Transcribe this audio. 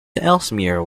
ellesmere